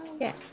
Yes